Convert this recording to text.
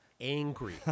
angry